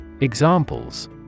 Examples